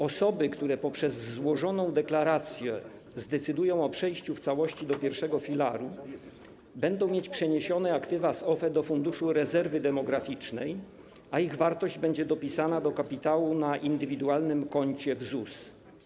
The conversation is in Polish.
Osoby, które na podstawie złożonej deklaracji zdecydują o przejściu w całości do I filaru, będą mieć przeniesione aktywa z OFE do Funduszu Rezerwy Demograficznej, a ich wartość będzie dopisana do kapitału na indywidualnym koncie w ZUS.